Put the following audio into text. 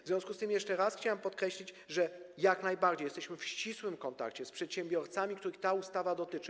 W związku z tym jeszcze raz chciałem podkreślić, że jak najbardziej jesteśmy w ścisłym kontakcie z przedsiębiorcami, których ta ustawa dotyczy.